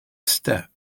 step